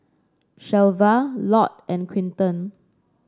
Shelva Lott and Quinton